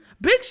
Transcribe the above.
big